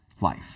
life